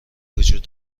وجود